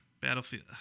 Battlefield